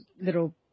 little